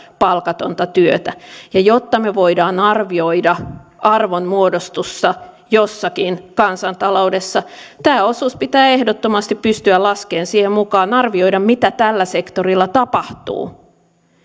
palkatonta työtä ja jotta me voimme arvioida arvonmuodostusta jossakin kansantaloudessa tämä osuus pitää ehdottomasti pystyä laskemaan siihen mukaan arvioimaan mitä tällä sektorilla tapahtuu